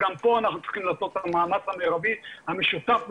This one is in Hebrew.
גם כאן אנחנו צריכים לעשות את המאמץ המרבי המשותף והמשולב.